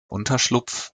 unterschlupf